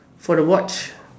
for the watch